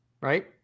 right